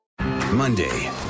Monday